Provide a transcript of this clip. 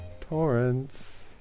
Torrance